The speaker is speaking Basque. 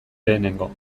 lehenengo